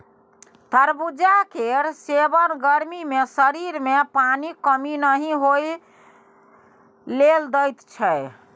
तरबुजा केर सेबन गर्मी मे शरीर मे पानिक कमी नहि होइ लेल दैत छै